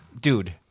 dude